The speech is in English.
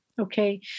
Okay